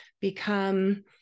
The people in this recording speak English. become